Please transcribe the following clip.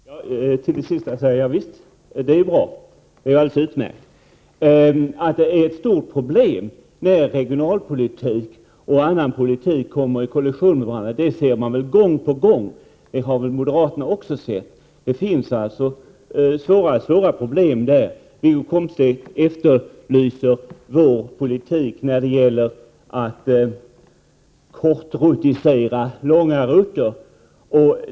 Herr talman! Om det sista Bo Lundgren sade vill jag säga att det är alldeles utmärkt. Att det är ett stort problem när regionalpolitik och annan politik kommer i kollision med varandra ser man väl gång på gång. Det har väl moderaterna också sett. Det finns alltså svåra problem där. Wiggo Komstedt efterlyste vår politik när det gäller att omklassificera långa rutter till korta.